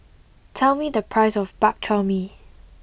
tell me the price of Bak Chor Mee